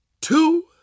two